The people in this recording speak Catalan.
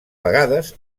vegades